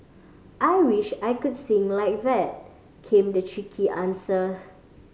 I wish I could sing like that came the cheeky answer